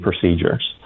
procedures